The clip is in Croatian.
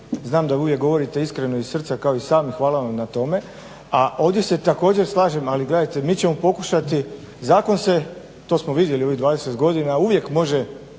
znam da uvijek govorite iskreno iz srca kao i sam i hvala vam na tome. A ovdje se također slažem, ali gledajte mi ćemo pokušati. Zakon se, to smo vidjeli u ovih 20 godina uvijek može